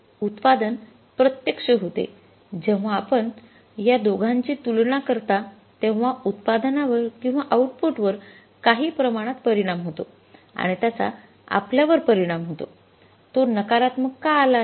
उत्पादन प्रत्यक्ष होते जेव्हा आपण या दोघांची तुलना करता तेव्हा उत्पादनावर किंवा आऊटपुटवर काही प्रमाणात परिणाम होतो आणि त्याचा आपल्यावर परिणाम होतो तो नकारात्मक का आला आहे